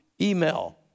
email